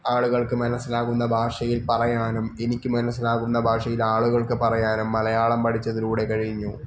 ആളുകൾക്ക് മനസ്സിലാകുന്ന ഭാഷയിൽ പറയാനും എനിക്ക് മനസ്സിലാകുന്ന ഭാഷയിൽ ആളുകൾക്ക് പറയാനും മലയാളം പഠിച്ചതിലൂടെ കഴിഞ്ഞു